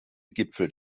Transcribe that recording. gipfel